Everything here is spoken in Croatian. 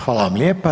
Hvala vam lijepa.